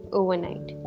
overnight